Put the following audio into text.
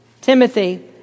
Timothy